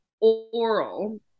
oral